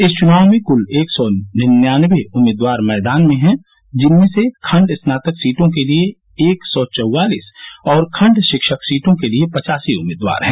इस चुनाव में कुल एक सौ निन्यानवे उम्मीदवार मैदान में हैं जिनमें से खण्ड स्नातक सीटों के लिये एक सौ चौवालिस और खण्ड शिक्षक सीटों के लिये पचासी उम्मीदवार हैं